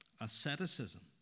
asceticism